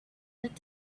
but